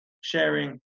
sharing